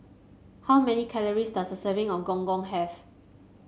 how many calories does a serving of Gong Gong have